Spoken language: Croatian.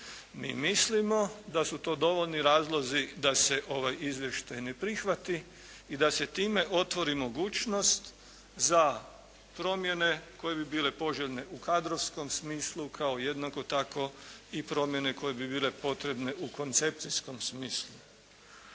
Mi mislimo da su to dovoljni razlozi da se ovaj izvještaj ne prihvati i da se time otvori mogućnost za promjene koje bi bile poželjne u kadrovskom smislu kao jednako tako i promjene koje bi bile potrebne u koncepcijskom smislu.